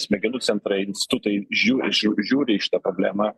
smegenų centrai institutai žiūri žiūri į šitą problemą